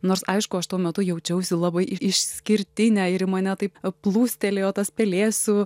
nors aišku aš tuo metu jaučiausi labai išskirtinė ir į mane taip plūstelėjo tas pelėsių